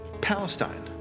Palestine